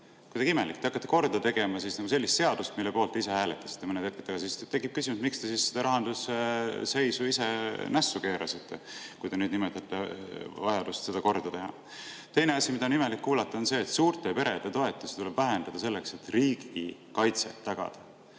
Kuidagi imelik. Te hakkate korda tegema sellist seadust, mille poolt ise hääletasite mõned hetked tagasi. Tekib küsimus, miks te selle rahandusseisu ise nässu keerasite, kui te nimetate vajadust seda korda teha. Teine asi, mida on imelik kuulata, on see, et suurte perede toetusi tuleb vähendada, selleks et riigi kaitset tagada.